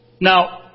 Now